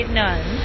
none